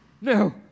No